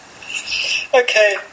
okay